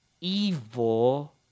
evil